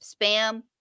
spam